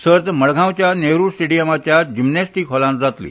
सर्त मडगांवच्या नेहरू स्टेडियमाच्या जिम्नेस्टीक हॉलांत जातली